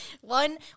One